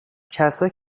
کسایی